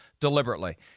deliberately